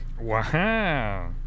Wow